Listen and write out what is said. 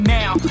now